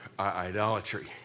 idolatry